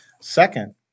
Second